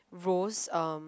rose um